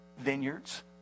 Vineyards